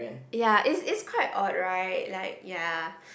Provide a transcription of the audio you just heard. ya it's it's quite odd right like ya